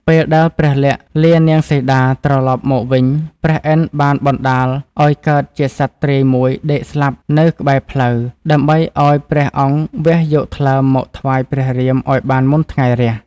ពេលដែលព្រះលក្សណ៍លានាងសីតា ត្រឡប់មកវិញព្រះឥន្ទ្របានបណ្តាលឱ្យកើតជាសត្វទ្រាយមួយដេកស្លាប់នៅក្បែរផ្លូវ ដើម្បីឱ្យព្រះអង្គវះយកថ្លើមមកថ្វាយព្រះរាមឱ្យបានមុនថ្ងៃរះ។